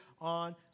on